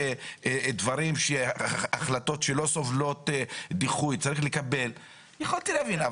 צריך לקבל החלטות שלא סובלות דיחוי, יכולתי להבין.